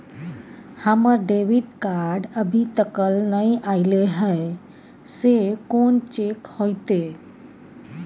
हमर debit card अभी तकल नय अयले हैं, से कोन चेक होतै?